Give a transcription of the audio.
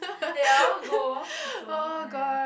ya I want to go also yeah